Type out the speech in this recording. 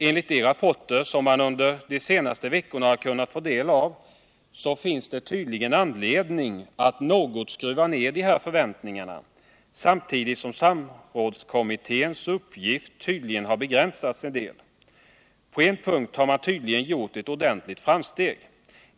Enligt de rapporter som man under de senaste veckorna kunnat ta del av finns det anledning att något skruva ned förväntningarna, samtidigt som samrådskommitténs uppgift tvdligen har begränsats en del. På en punkt har man uppenbarligen gjort ett ordentligt framsteg.